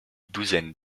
douzaine